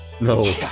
No